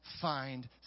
find